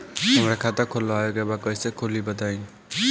हमरा खाता खोलवावे के बा कइसे खुली बताईं?